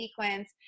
sequence